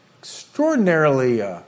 extraordinarily